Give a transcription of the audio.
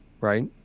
Right